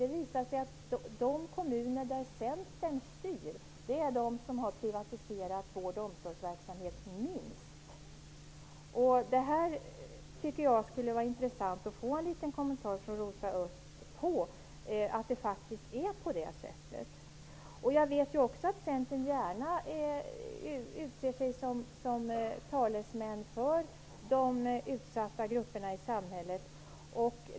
Det visar sig att de kommuner där Centern styr är de som har privatiserat vård och omsorgsverksamhet minst. Jag tycker att det skulle vara intressant att få en liten kommentar till det från Rosa Östh. Är det faktiskt på det sättet? Jag vet också att centerpartisterna gärna utser sig som talesmän för de utsatta grupperna i samhället.